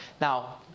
Now